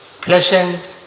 Pleasant